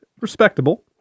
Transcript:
Respectable